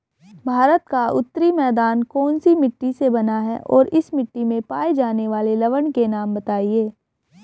भारत का उत्तरी मैदान कौनसी मिट्टी से बना है और इस मिट्टी में पाए जाने वाले लवण के नाम बताइए?